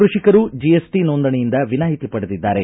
ಕೃಷಿಕರು ಜಿಎಸ್ಟಿ ನೋಂದಣಿಯಿಂದ ವಿನಾಯಿತಿ ಪಡೆದಿದ್ದಾರೆ